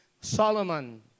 Solomon